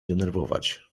denerwować